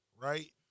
right